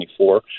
2024